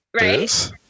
right